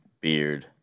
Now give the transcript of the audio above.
Beard